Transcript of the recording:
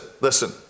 listen